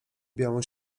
białą